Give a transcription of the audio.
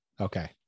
Okay